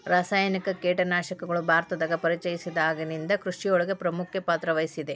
ರಾಸಾಯನಿಕ ಕೇಟನಾಶಕಗಳು ಭಾರತದಾಗ ಪರಿಚಯಸಿದಾಗನಿಂದ್ ಕೃಷಿಯೊಳಗ್ ಪ್ರಮುಖ ಪಾತ್ರವಹಿಸಿದೆ